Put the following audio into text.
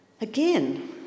Again